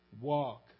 walk